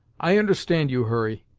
i understand you, hurry,